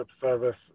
service